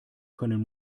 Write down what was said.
können